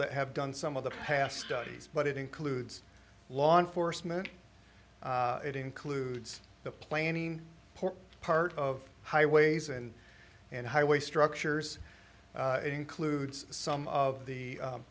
that have done some of the past studies but it includes law enforcement it includes the play any part of highways and and highway structures includes some of the